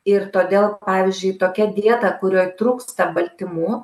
ir todėl pavyzdžiui tokia dieta kurioj trūksta baltymų